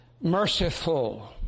merciful